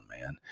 man